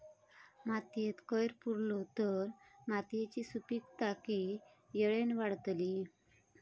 मातयेत कैर पुरलो तर मातयेची सुपीकता की वेळेन वाडतली?